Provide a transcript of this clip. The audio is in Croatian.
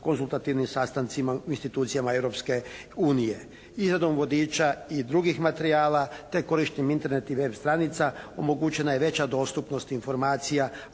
konzultativnim sastancima u institucijama Europske unije i redom vodiča i drugih materijala te korištenjem Internet i web stranica omogućena je veća dostupnost informacija,